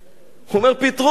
הוא אומר: פיטרו אותי,